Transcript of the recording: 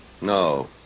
No